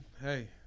hey